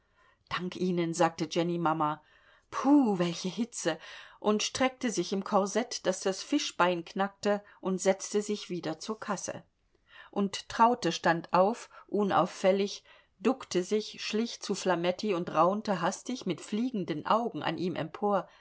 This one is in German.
dank ihnen sagte jennymama puh welche hitze und streckte sich im korsett daß das fischbein knackte und setzte sich wieder zur kasse und traute stand auf unauffällig duckte sich schlich zu flametti und raunte hastig mit fliegenden augen an ihm empor